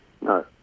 No